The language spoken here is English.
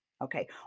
okay